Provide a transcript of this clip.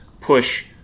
push